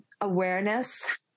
awareness